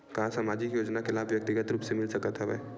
का सामाजिक योजना के लाभ व्यक्तिगत रूप ले मिल सकत हवय?